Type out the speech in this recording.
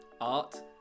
art